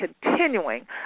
continuing